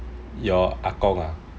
your ah gong ah